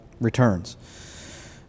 returns